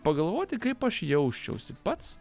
pagalvoti kaip aš jausčiausi pats